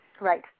Right